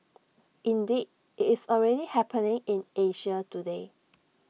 indeed IT is already happening in Asia today